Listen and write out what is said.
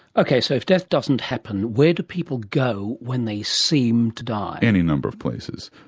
okay, so if death doesn't happen, where do people go when they seem to die? any number of places.